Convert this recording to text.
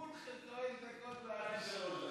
איך כולכם חמש דקות ואני שלוש דקות?